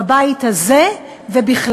בבית הזה ובכלל.